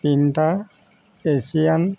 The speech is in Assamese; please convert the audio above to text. তিনিটা এছিয়ান